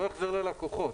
הוא לא יחזיר ללקוחות.